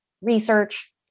research